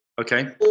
Okay